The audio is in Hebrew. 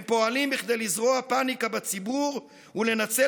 הם פועלים כדי לזרוע פניקה בציבור ולנצל